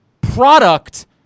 product